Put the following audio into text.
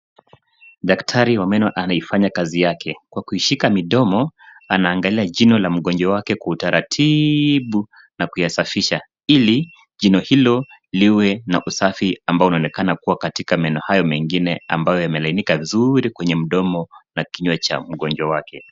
Daktari wa meno, anaifanya kazi yake, kwa kushika mdomo, anaangalia jino la mgonjwa wake kwa utaratibu na kuyasafisha, ili jino hilo, liwe na usafi ambao unaonekana kuwa katika meno hayo mengine, ambayo yamelainika vizuri kwenye mdomo na kinywa cha mgonjwa wake.